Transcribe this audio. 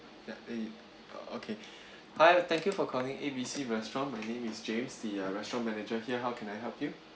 the a uh okay hi thank you for calling A B C restaurant my name is james the restaurant manager here how can I help you